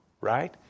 right